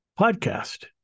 podcast